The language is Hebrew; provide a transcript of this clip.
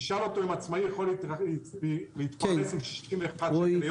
תשאל אותו אם עצמאי יכול להתפרנס מ-61 שקל ליום,